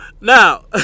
Now